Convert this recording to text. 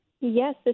Yes